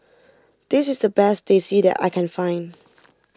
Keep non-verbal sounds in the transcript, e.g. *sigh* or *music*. this is the best Teh C that I can find *noise*